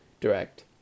direct